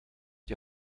die